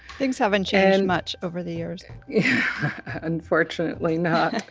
things haven't changed and much over the years unfortunately not.